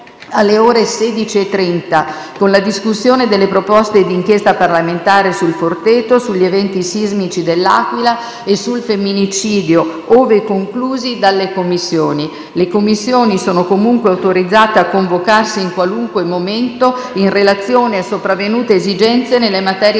alle ore 16,30, con la discussione delle proposte di inchiesta parlamentari su Il Forteto, sugli eventi sismici di L'Aquila e sul femminicidio, ove conclusi dalle Commissioni. Le Commissioni sono comunque autorizzate a convocarsi in qualunque momento in relazione a sopravvenute esigenze nelle materie